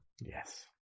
Yes